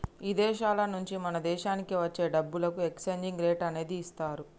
ఇదేశాల నుంచి మన దేశానికి వచ్చే డబ్బులకు ఎక్స్చేంజ్ రేట్ అనేది ఇదిస్తారు